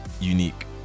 unique